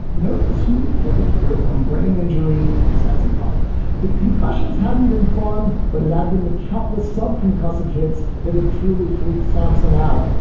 note the smooth pivot here from brain injury to sexy talk that concussions hadn't been fun but it had been the countless sub concussive hits that had truly freaked sampson out.